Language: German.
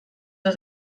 das